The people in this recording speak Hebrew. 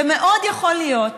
מאוד יכול להיות,